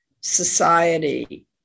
society